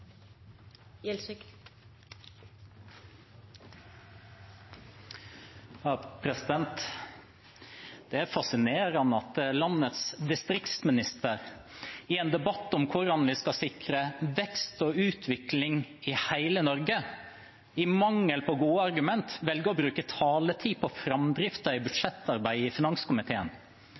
at landets distriktsminister i en debatt om hvordan vi skal sikre vekst og utvikling i hele Norge, i mangel på gode argumenter velger å bruke taletid på framdriften i budsjettarbeidet i finanskomiteen.